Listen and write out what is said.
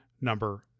number